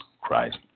Christ